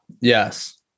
Yes